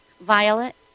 Violet